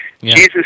jesus